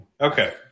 Okay